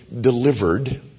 delivered